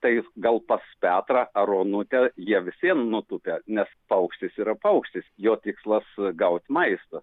tai gal pas petrą ar onutę jie vis vien nutūpia nes paukštis yra paukštis jo tikslas gaut maisto